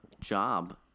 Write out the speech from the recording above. job